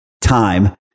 time